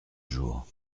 jour